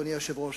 אדוני היושב-ראש,